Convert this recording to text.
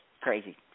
crazy